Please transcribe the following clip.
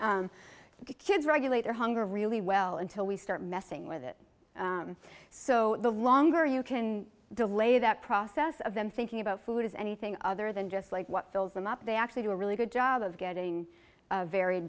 kids regulate their hunger really well until we start messing with it so the longer you can delay that process of them thinking about food as anything other than just like what fills them up they actually do a really good job of getting a v